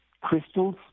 crystals